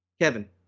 Kevin